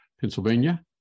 Pennsylvania